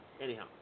Anyhow